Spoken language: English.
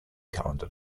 calendar